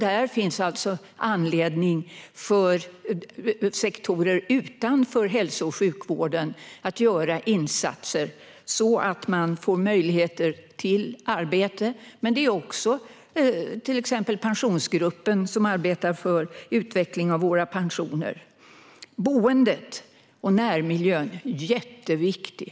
Där finns alltså anledning för sektorer utanför hälso och sjukvården att göra insatser, så att man får möjligheter till arbete, till exempel Pensionsgruppen som arbetar för utveckling av våra pensioner. Boendet och närmiljön är jätteviktigt.